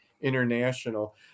International